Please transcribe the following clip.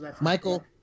Michael